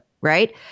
right